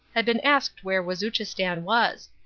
had been asked where wazuchistan was.